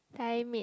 Thai made